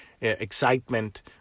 excitement